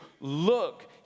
Look